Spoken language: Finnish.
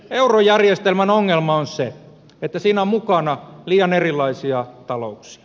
eurojärjestelmän ongelma on se että siinä on mukana liian erilaisia talouksia